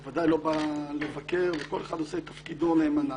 אני בוודאי לא בא לבקר וכל אחד עושה תפקידו נאמנה,